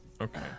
Okay